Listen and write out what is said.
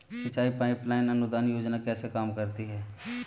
सिंचाई pipe line अनुदान योजना कैसे काम करती है?